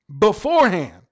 beforehand